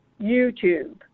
YouTube